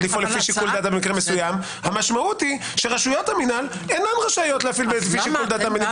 לפעול במקרה מסוים - המשמעות היא שרשויות המינהל אינן רשאיות לעשות כאן.